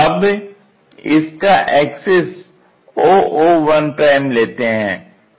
अब इसका axis oo1 लेते हैं